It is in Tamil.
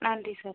நன்றி சார்